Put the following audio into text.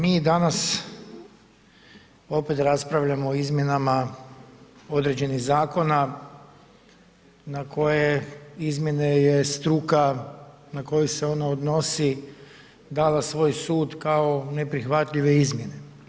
Mi danas opet raspravljamo o izmjenama određenih zakona na koje izmjene je struka na koju se ona odnosi dala svoj sud kao neprihvatljive izmjene.